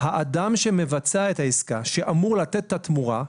האדם שמבצע את העסקה, שאמור לתת את התמורה,